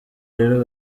rero